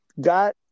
God